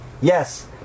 Yes